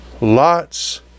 Lot's